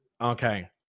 Okay